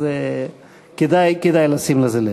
אז כדאי, כדאי לשים לזה לב.